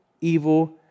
evil